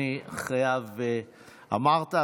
אמרת,